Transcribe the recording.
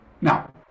Now